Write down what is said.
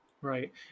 Right